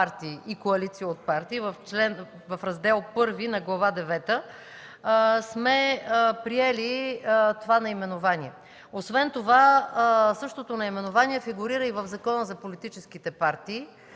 Същото наименование фигурира и в Закона за политическите партии.